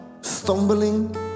stumbling